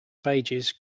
pages